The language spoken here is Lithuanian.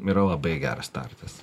yra labai geras startas